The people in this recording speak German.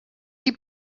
die